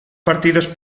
partidos